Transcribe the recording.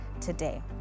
today